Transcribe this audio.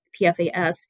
PFAS